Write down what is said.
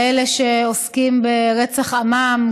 כאלה שעוסקים ברצח עמם,